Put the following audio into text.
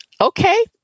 Okay